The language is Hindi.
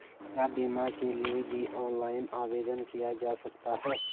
क्या बीमा के लिए भी ऑनलाइन आवेदन किया जा सकता है?